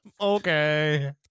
Okay